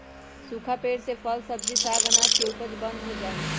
सूखा पेड़ से फल, सब्जी, साग, अनाज के उपज बंद हो जा हई